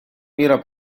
мира